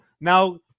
Now